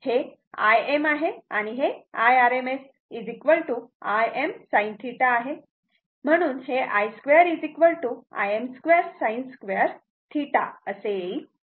हे Im आहे आणि हे iRMS Im sinθ आहे म्हणून हे i2 Im2sin2θ असे येईल